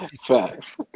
Facts